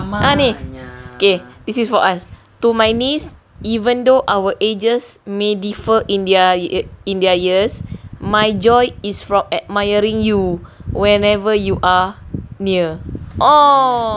ha ni okay this is for us to my niece even though our ages may differ in their in their years my joy is from admiring you whenever you are near oh